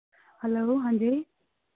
hello ਹਾਂਜੀ